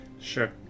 Sure